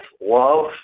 love